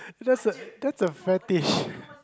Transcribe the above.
that's a that's a fetish